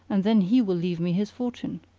and then he will leave me his fortune.